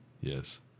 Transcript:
Yes